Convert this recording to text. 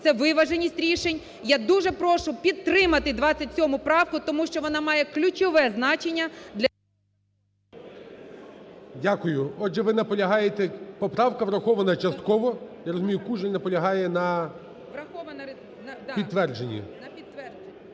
це виваженість рішень. Я дуже прошу підтримати 27 правку, тому що вона має ключове значення для… ГОЛОВУЮЧИЙ. Дякую. Отже, ви наполягаєте… Поправка врахована частково, я розумію, Кужель наполягає на… БАБАК А.В.